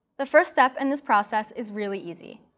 the first step in this process is really easy,